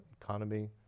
economy